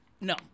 No